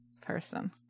person